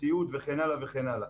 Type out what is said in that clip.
בסיעוד וכן הלאה וכן הלאה.